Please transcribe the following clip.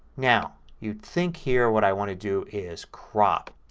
now you'd think here what i want to do is crop.